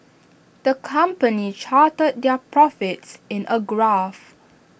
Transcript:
the company charted their profits in A graph